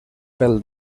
pel